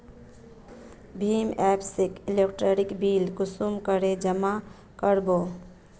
भीम app से electricity bill कुंसम करे जमा कर बो?